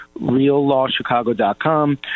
reallawchicago.com